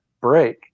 break